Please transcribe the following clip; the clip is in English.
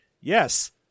yes